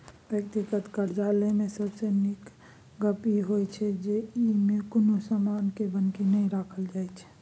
व्यक्तिगत करजा लय मे सबसे नीक गप ई होइ छै जे ई मे कुनु समान के बन्हकी नहि राखल जाइत छै